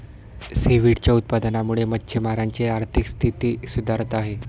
सीव्हीडच्या उत्पादनामुळे मच्छिमारांची आर्थिक स्थिती सुधारत आहे